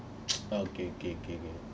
oh okay okay okay okay